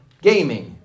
gaming